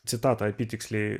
citatą apytiksliai